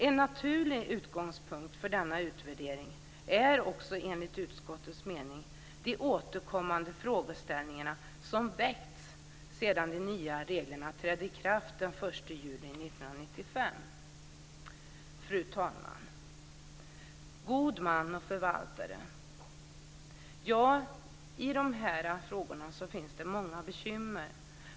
En naturlig utgångspunkt för denna utvärdering är enligt utskottets mening de återkommande frågeställningar som väckts sedan de nya reglerna trädde i kraft den 1 juli 1995. Fru talman! I frågorna om god man och förvaltare finns det många bekymmer.